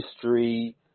history